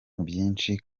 byinshi